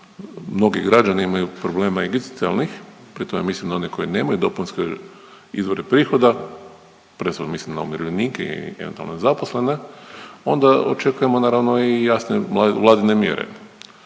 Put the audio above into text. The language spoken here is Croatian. mnogi građani imaju problema egzistencijalnih, pritome mislim na one koji nemaju dopunske izvore prihoda prvenstveno mislim na umirovljenike i eventualno nezaposlene, onda očekujemo naravno i jasne Vladine mjere.